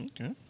Okay